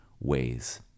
ways